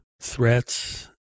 threats